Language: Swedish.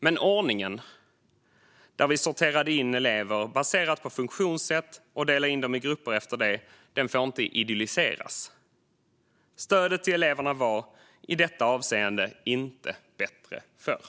Men ordningen där vi sorterade elever baserat på funktionssätt och delade in dem i grupper efter det får inte idylliseras. Stödet till eleverna var, i detta avseende, inte bättre förr.